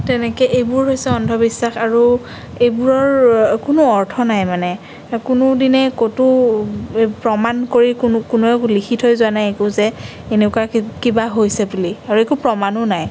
তেনেকে এইবোৰ হৈছে অন্ধবিশ্বাস আৰু এইবোৰৰ কোনো অৰ্থ নাই মানে কোনো দিনে ক'তো প্ৰমাণ কৰি কোনো কোনোৱে এইবোৰ লিখি থৈ যোৱা নাই একো যে এনেকুৱা কিবা হৈছে বুলি আৰু একো প্ৰমাণো নাই